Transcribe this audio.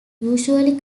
usually